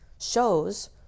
shows